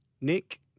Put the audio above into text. Nick